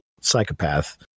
psychopath